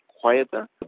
quieter